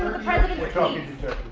president we're talking